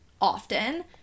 often